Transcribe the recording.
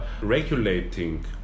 Regulating